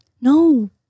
No